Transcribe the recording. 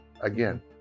Again